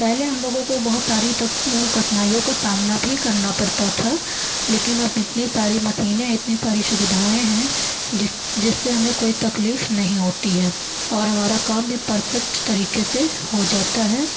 पहले हम लोगों को बहुत सारी तक कठिनाइयों का सामना भी करना पड़ता था लेकिन अब इतनी सारी मशीनें इतनी सारी सुविधाएं हैं जिस जिससे हमें कोई तकलीफ़ नहीं होती है और हमारा काम भी परफ़ेक्ट तरीके से हो जाता है